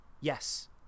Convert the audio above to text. Yes